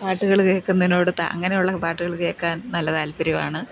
പാട്ടുകൾ കേൾക്കുന്നതിനോട് താ അങ്ങനെയുള്ള പാട്ടുകൾ കേൾക്കാൻ നല്ല താൽപ്പര്യമാണ്